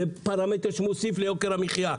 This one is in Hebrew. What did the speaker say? זה פרמטר שמוסיף ליוקר המחייה.